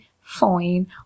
Fine